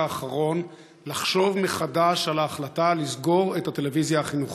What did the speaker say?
האחרון לחשוב מחדש על ההחלטה לסגור את הטלוויזיה החינוכית.